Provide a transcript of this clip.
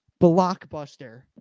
blockbuster